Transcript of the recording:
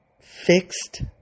fixed